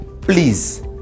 please